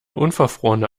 unverfrorene